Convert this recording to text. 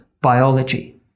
biology